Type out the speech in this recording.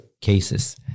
cases